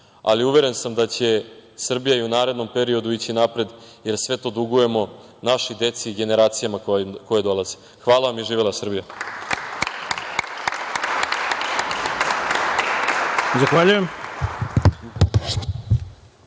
ali uveren sam da će Srbija i u narednom periodu ići napred, jer sve to dugujemo našoj deci i generacijama koje dolaze. Hvala vam i živela Srbija.